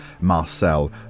Marcel